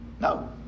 No